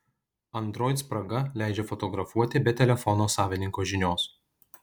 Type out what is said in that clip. android spraga leidžia fotografuoti be telefono savininko žinios